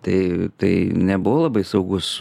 tai tai nebuvo labai saugus